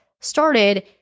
started